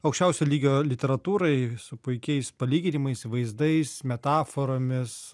aukščiausio lygio literatūrai su puikiais palyginimais vaizdais metaforomis